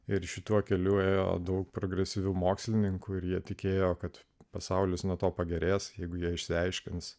ir šituo keliu ėjo daug progresyvių mokslininkų ir jie tikėjo kad pasaulis nuo to pagerės jeigu jie išsiaiškins